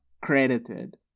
credited